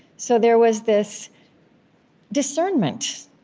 so there was this discernment,